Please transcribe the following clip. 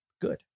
good